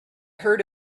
heard